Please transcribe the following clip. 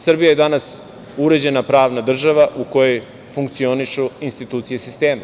Srbija je danas uređena pravna država u kojoj funkcionišu institucije sistema.